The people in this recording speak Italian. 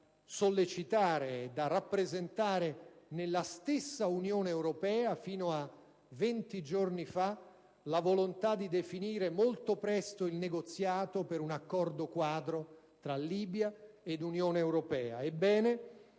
sollecitare e da rappresentare alla stessa Unione europea fino a 20 giorni fa la volontà di definire molto presto il negoziato per un accordo quadro tra Libia ed Unione europea. Ebbene,